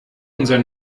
unser